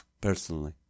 personally